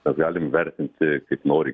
mes galim vertinti kaip nori